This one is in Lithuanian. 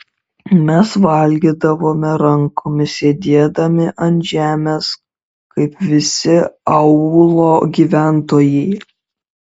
mes valgydavome rankomis sėdėdami ant žemės kaip visi aūlo gyventojai